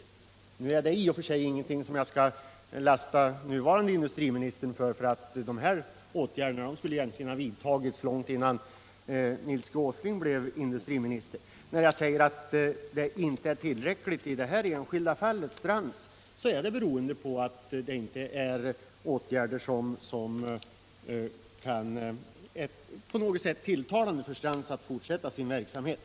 Att de inte gjorde det är i och för sig ingenting som jag skall lasta den nuvarande industriministern för. De här åtgärderna skulle egentligen ha vidtagits långt innan Nils G. Åsling blev industriminister. Jag säger att åtgärderna inte är tillräckliga när det gäller Strands, därför att de inte på något sätt gör det mera tilltalande för Strands att fortsätta sin verksamhet.